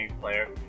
player